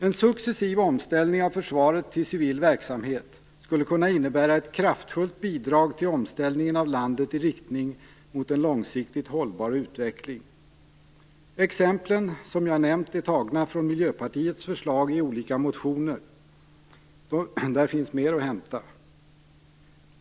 En successiv omställning av försvaret till civil verksamhet skulle kunna innebära ett kraftfullt bidrag till omställningen av landet i riktning mot en långsiktigt hållbar utveckling. De exempel som jag nämnt är tagna från Miljöpartiets förslag i olika motioner. Där finns mer att hämta.